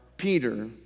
Peter